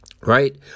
Right